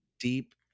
deep